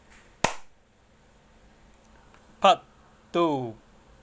part two